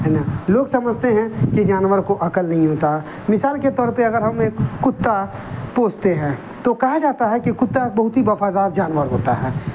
ہے نا لوگ سمجھتے ہیں کہ جانور کو عقل نہیں ہوتا مثال کے طور پہ اگر ہم ایک کتا پوستے ہیں تو کہا جاتا ہے کہ کتا بہت ہی وفادار جانور ہوتا ہے